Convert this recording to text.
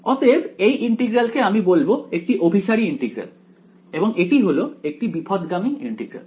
অতএব এই ইন্টিগ্রাল কে আমি বলব একটি অভিসারী ইন্টিগ্রাল এবং এটি হল একটি বিপথগামী ইন্টিগ্রাল